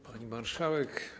Pani Marszałek!